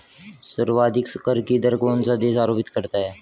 सर्वाधिक कर की दर कौन सा देश आरोपित करता है?